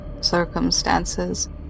circumstances